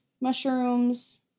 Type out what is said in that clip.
mushrooms